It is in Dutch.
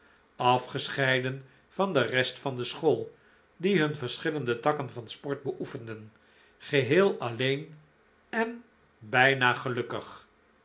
afgescheiden van de rest van de school die hun verschillende takken van sport beoefenden geheel alleen en bijna gelukkig